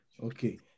Okay